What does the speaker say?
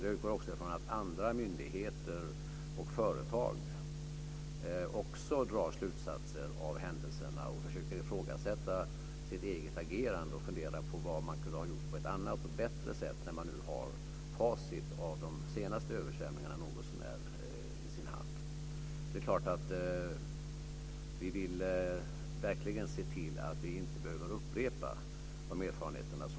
Jag utgår också från att andra myndigheter och företag drar slutsatser av händelserna och försöker ifrågasätta sitt eget agerande och funderar på vad de kunde ha gjort på ett annat och bättre sätt nu när det finns facit från de senaste översvämningarna. Vi vill verkligen se till att dessa erfarenheter inte behöver upprepas.